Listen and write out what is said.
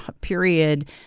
period